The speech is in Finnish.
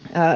tämä